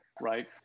Right